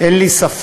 אין לי ספק,